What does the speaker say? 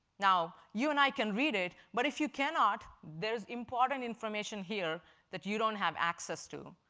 now, you and i can read it, but if you cannot, there's important information here that you don't have access to.